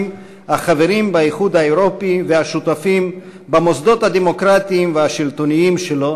החברים באיחוד האירופי והשותפים במוסדות הדמוקרטיים והשלטוניים שלו,